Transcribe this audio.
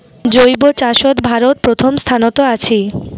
জৈব চাষত ভারত প্রথম স্থানত আছি